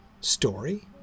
story